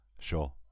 Sure